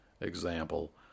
example